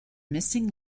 missing